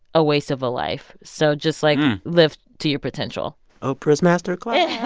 a waste of a life. so just, like, live to your potential oprah's master class.